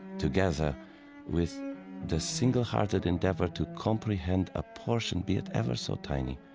together with the single-hearted endeavor to comprehend a portion, be it ever so tiny,